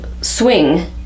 swing